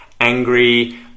angry